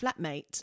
flatmate